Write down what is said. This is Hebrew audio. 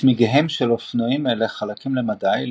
צמיגיהם של אופנועים אלה חלקים למדי,